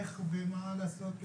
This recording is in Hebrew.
איך ומה לעשות,